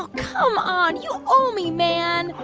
come on. you owe me, man.